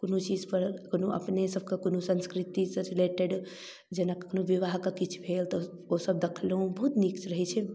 कोनो चीजपर कोनो अपनेसभके कोनो संस्कृतिसँ रिलेटेड जेना कखनहु विवाहके किछु भेल तऽ ओसब देखलहुँ बहुत नीक रहै छै